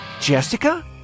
Jessica